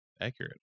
accurate